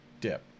dip